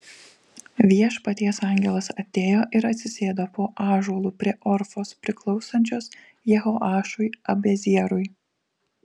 viešpaties angelas atėjo ir atsisėdo po ąžuolu prie ofros priklausančios jehoašui abiezerui